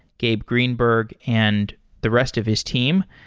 gabe greenberg and the rest of his team.